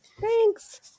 Thanks